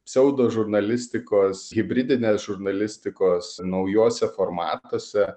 pseudožurnalistikos hibridinės žurnalistikos naujuose formatuose